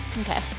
Okay